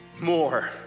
more